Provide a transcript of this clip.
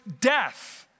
death